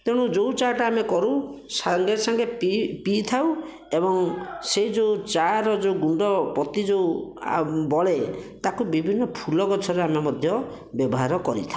ତେଣୁ ଯେଉଁ ଚାଆଟା ଆମେ କରୁ ସାଙ୍ଗେ ସାଙ୍ଗେ ପି ପି ଥାଉ ଏବଂ ସେହି ଯେଉଁ ଚାଆର ଯେଉଁ ଗୁଣ୍ଡ ପତି ଯେଉଁ ଆ ବଳେ ତାକୁ ବିଭିନ୍ନ ଫୁଲ ଗଛରେ ଆମେ ମଧ୍ୟ ବ୍ୟବହାର କରିଥାଉ